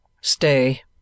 Stay